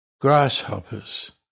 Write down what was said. Grasshoppers